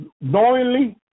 knowingly